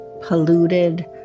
polluted